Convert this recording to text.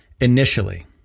initially